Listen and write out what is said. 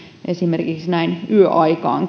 esimerkiksi näin yöaikaan